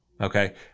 okay